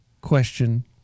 question